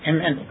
Amen